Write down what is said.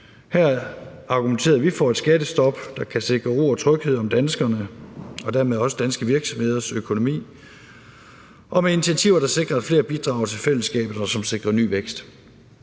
Her argumenterede vi for et skattestop, der kan sikre ro og tryghed om danskernes og dermed også danske virksomheders økonomi, og initiativer, der sikrer, at flere bidrager til fællesskabet, og som sikrer ny vækst.